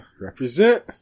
Represent